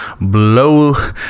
blow